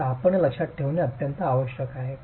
तर आपण हे लक्षात ठेवणे आवश्यक आहे